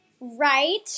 right